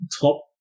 top